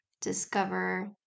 discover